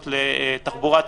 לבג"ץ.